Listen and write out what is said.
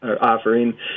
offering